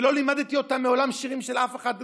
ולא לימדתי אותם מעולם שירים של אף אחד,